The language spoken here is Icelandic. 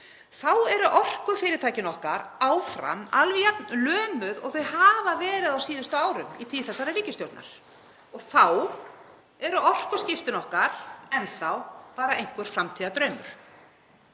þá eru orkufyrirtækin okkar áfram alveg jafn lömuð og þau hafa verið á síðustu árum í tíð þessarar ríkisstjórnar. Þá eru orkuskiptin okkar enn þá bara einhver framtíðardraumur.